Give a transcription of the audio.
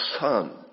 Son